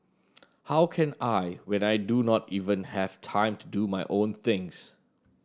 how can I when I do not even have time to do my own things